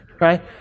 right